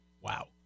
Wow